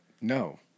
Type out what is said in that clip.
No